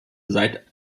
seit